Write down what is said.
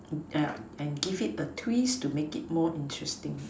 and give it a twist to make it more interesting